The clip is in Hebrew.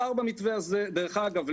דרך אגב,